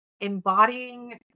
Embodying